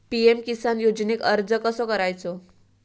PM किसान योजनेक अर्ज कसो करायचो?